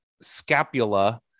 scapula